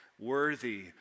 worthy